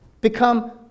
become